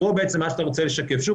מה שאתה רוצה לשקף פה,